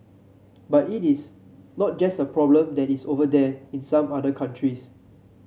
but it is not just a problem that is over there in some other countries